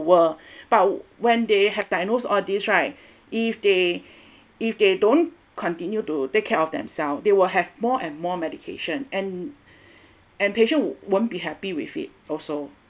but when they have diagnosed all these right if they if they don't continue to take care of themselves they will have more and more medication and and patient would won't be happy with it also